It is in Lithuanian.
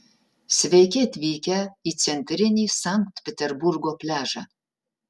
sveiki atvykę į centrinį sankt peterburgo pliažą